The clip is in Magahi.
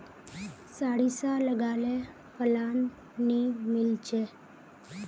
सारिसा लगाले फलान नि मीलचे?